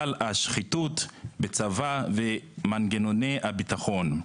בגלל השחיתות בצבא ובמנגנוני הביטחון.